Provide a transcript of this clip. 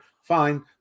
fine